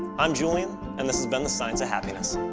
i'm julian and this has been the science of happiness.